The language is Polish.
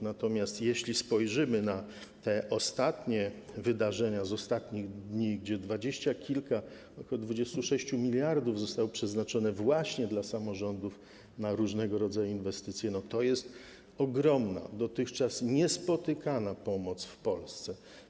Natomiast jeśli spojrzymy na ostatnie wydarzenia z ostatnich dni, gdzie 20 kilka, ok. 26 mld zostało przeznaczonych właśnie dla samorządów na różnego rodzaju inwestycje, to jest to ogromna, dotychczas niespotykana pomoc w Polsce.